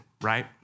right